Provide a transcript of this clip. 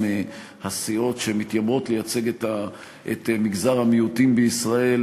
הסיעות שמתיימרות לייצג את מגזר המיעוטים בישראל,